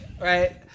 Right